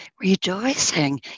rejoicing